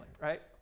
right